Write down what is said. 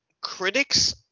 critics